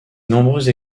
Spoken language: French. nombreuses